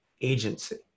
agency